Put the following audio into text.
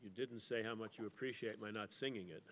you didn't say how much you appreciate my not singing it